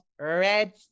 red